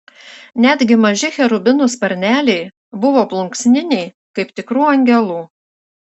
netgi maži cherubinų sparneliai buvo plunksniniai kaip tikrų angelų